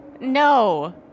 no